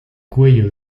cuello